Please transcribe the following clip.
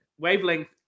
Wavelength